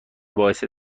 باعث